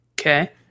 Okay